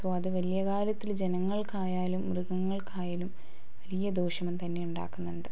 so അത് വലിയ കാര്യത്തിൽ ജനങ്ങൾക്കായാലും മൃഗങ്ങൾക്കായാലും വലിയ ദോഷം തന്നെ ഉണ്ടാക്കുന്നുണ്ട്